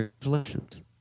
Congratulations